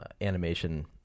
animation